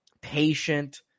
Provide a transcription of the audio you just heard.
patient